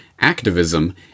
activism